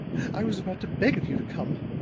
i was about to beg of you to come.